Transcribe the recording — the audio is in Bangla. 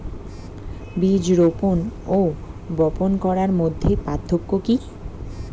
বীজ রোপন ও বপন করার মধ্যে পার্থক্য কি?